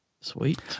Sweet